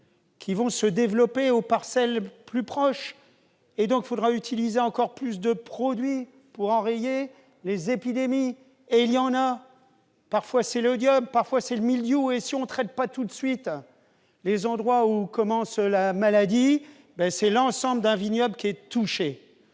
qui se propageront aux parcelles voisines. Il faudra donc utiliser encore plus de produits pour enrayer les épidémies. Et il y en a ! Parfois, c'est l'oïdium, parfois c'est le mildiou. Si l'on ne traite pas tout de suite les endroits où se déclare la maladie, c'est l'ensemble du vignoble qui est touché.